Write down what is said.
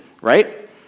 right